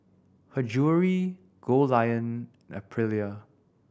Her Jewellery Goldlion and Aprilia